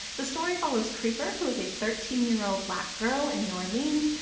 the story follows creeper, who is a thirteen year old black girl in new orleans.